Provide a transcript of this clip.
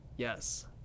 Yes